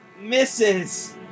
Misses